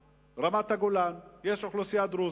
ברמת-הגולן יש אוכלוסייה דרוזית,